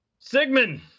Sigmund